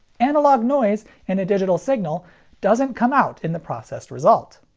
analog noise in a digital signal doesn't come out in the processed result.